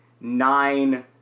nine